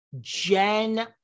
Jen